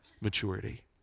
maturity